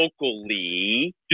locally